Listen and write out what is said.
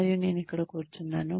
మరియు నేను ఇక్కడ కూర్చున్నాను